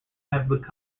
have